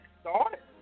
start